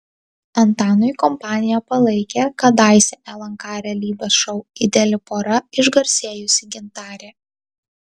antanui kompaniją palaikė kadaise lnk realybės šou ideali pora išgarsėjusi gintarė